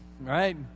right